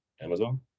amazon